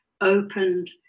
opened